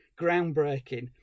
groundbreaking